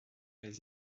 les